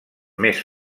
més